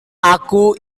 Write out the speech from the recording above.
aku